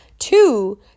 Two